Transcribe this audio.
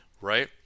right